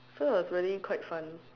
so it was really quite fun